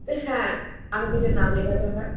হ্যাঁ আগে থেকে নাম লেখাতে হয়